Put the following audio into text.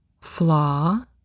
flaw